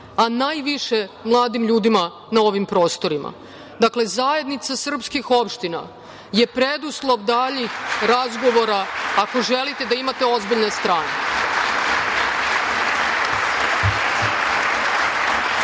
a najviše mladim ljudima na ovim prostorima. Dakle, Zajednica srpskih opština je preduslov daljih razgovora ako želite da imate ozbiljne strane.